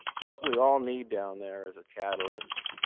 what we all need down there is a catalyst.